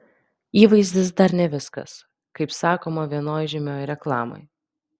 įvaizdis dar ne viskas kaip sakoma vienoj žymioj reklamoj